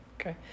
Okay